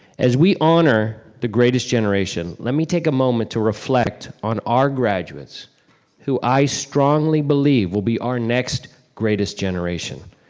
as we honor the greatest generation, let me take a moment to reflect on our graduates who i strongly believe will be our next greatest generation.